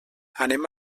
anem